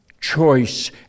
choice